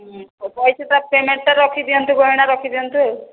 ପଇସା ଟା ପେମେଣ୍ଟ ଟା ରଖିଦିଅନ୍ତୁ ଆଉ ହେବ ଏଇନା ରଖିଦିଅନ୍ତୁ ଆଉ